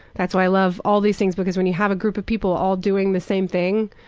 that's why i love all these things, because when you have a group of people all doing the same thing,